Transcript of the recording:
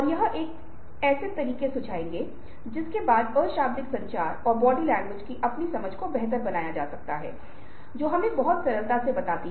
ये non stereo विशिष्ट हैं क्योंकि आप कुछ की अपेक्षा करते हैं और कुछ और होता है